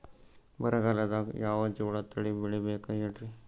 ಬರಗಾಲದಾಗ್ ಯಾವ ಜೋಳ ತಳಿ ಬೆಳಿಬೇಕ ಹೇಳ್ರಿ?